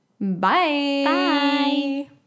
Bye